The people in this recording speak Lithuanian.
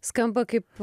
skamba kaip